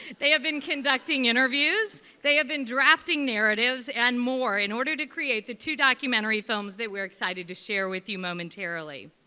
they have been conducting interviews. they have been drafting narratives and more in order to create the two documentary films that we're excited to share with you momentarily.